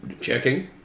Checking